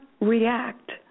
react